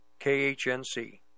KHNC